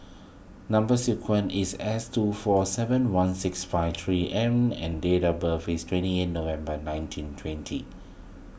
Number Sequence is S two four seven one six five three M and date of birth is twenty November nineteen twenty